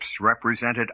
represented